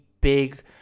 big